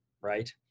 right